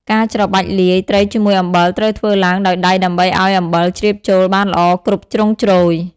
ការច្របាច់លាយ ត្រីជាមួយអំបិលត្រូវធ្វើឡើងដោយដៃដើម្បីឱ្យអំបិលជ្រាបចូលបានល្អគ្រប់ជ្រុងជ្រោយ។